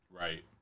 right